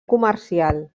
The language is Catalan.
comercial